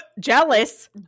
Jealous